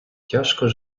тяжко